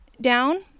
down